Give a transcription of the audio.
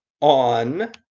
on